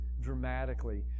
dramatically